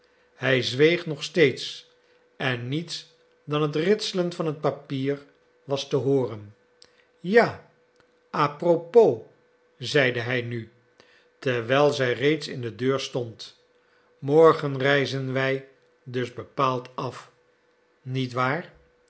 hij zweeg nog steeds en niets dan het ritselen van het papier was te hooren ja a propos zeide hij nu terwijl zij reeds in de deur stond morgen reizen wij dus bepaald af niet waar